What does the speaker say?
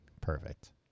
Perfect